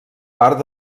part